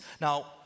Now